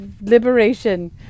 Liberation